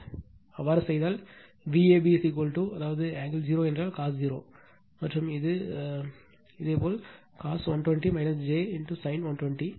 இதேபோல் அவ்வாறு செய்தால் Vab அதாவது ஆங்கிள் 0 என்றால் cos 0 மற்றும் இது ஒன்று இதேபோல் cos 120 j sin 120o